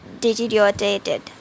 deteriorated